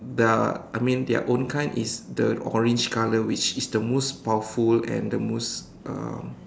the I mean their own kind is the orange color which is the most powerful and the most uh